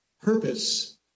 purpose